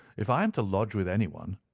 if i am to lodge with anyone,